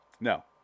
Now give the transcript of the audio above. No